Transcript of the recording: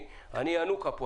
אני ינוקא כאן,